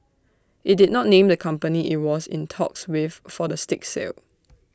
IT did not name the company IT was in talks with for the stake sale